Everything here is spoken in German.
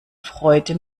freude